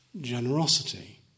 generosity